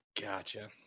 Gotcha